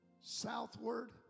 southward